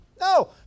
No